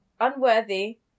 Unworthy